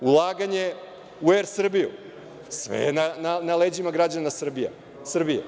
Ulaganje u „Er Srbiju“, sve je na leđima građana Srbije.